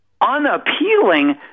unappealing